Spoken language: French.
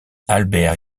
albert